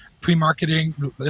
pre-marketing